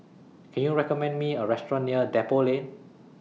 Can YOU recommend Me A Restaurant near Depot Lane